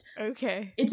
Okay